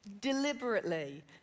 deliberately